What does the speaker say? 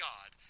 God